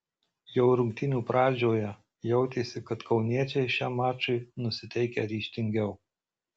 jau rungtynių pradžioje jautėsi kad kauniečiai šiam mačui nusiteikę ryžtingiau